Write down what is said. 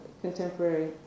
contemporary